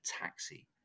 taxi